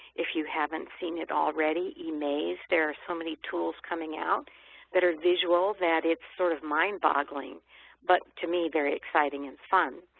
if you haven't seen it already, emaze, there are so many tools coming out that are visual that it's sort of mindboggling but to me very exciting and fun.